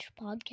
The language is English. Podcast